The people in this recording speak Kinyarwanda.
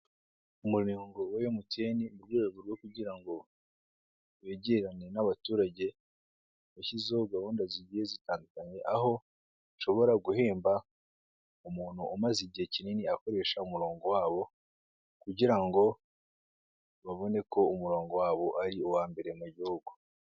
Umurongo wa MTN mu rwego rwo kugira ngo begerane n'abaturage washyizeho gahunda zigiye zitandukanye aho ushobora guhemba umuntu umaze igihe kinini akoresha umurongo wabo kugira ngo babone ko umurongo wabo ari uwa mbere mu gihugu.